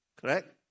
Correct